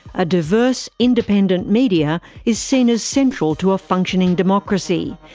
a diverse, independent media is seen as central to a functioning democracy,